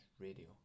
Radio